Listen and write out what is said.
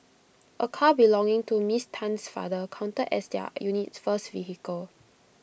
A car belonging to miss Tan's father counted as their unit's first vehicle